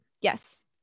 yes